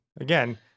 again